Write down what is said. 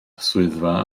swyddfa